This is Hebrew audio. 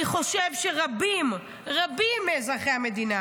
אני חושב שרבים רבים מאזרחי המדינה